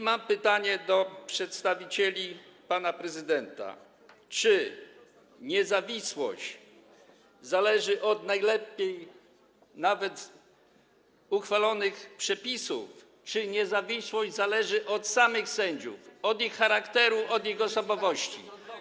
Mam pytanie do przedstawicieli pana prezydenta: Czy niezawisłość zależy od najlepiej nawet uchwalonych przepisów, czy niezawisłość zależy od samych sędziów, od ich charakteru, od ich osobowości?